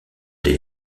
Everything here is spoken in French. des